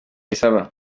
bisaba